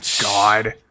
God